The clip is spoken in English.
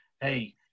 hey